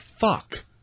fuck